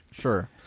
Sure